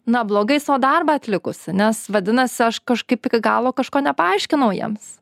na blogai savo darbą atlikus nes vadinasi aš kažkaip iki galo kažko nepaaiškinau jiems